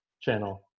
channel